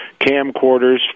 camcorders